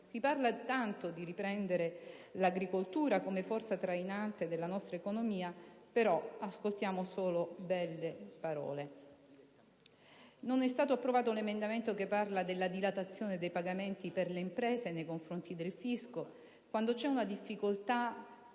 (si parla tanto di riprendere l'agricoltura come forza trainante della nostra economia, però ascoltiamo solo delle parole). Non è stato approvato un emendamento che parla della dilatazione dei pagamenti per le imprese nei confronti del fisco, quando c'è una difficoltà